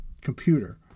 computer